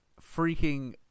freaking